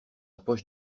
poche